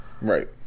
right